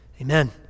Amen